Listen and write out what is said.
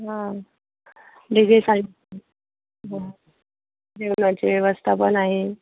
हा D J जेवणाची व्यवस्था पण आहे